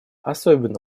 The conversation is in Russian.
особенно